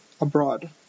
abroad